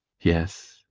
yes,